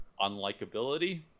unlikability